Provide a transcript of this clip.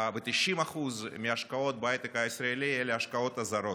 ו-90% מההשקעות בהייטק הישראלי הן השקעות זרות.